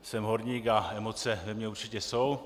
Jsem horník a emoce ve mně určitě jsou.